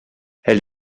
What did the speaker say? elle